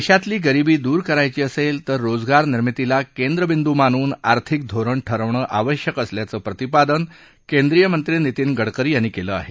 देशातली गरिबी दूर करायची असेल तर रोजगार निर्मितीला केंद्रबिंदू मानून आर्थिक धोरण ठरवणं आवश्यक असल्याचं प्रतिपादन केंद्रीय मंत्री नितीन गडकरी यांनी केलं आहे